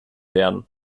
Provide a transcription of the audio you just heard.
werden